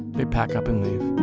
they pack up and leave,